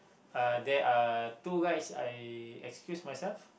uh there are two rides I excused myself